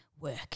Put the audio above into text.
work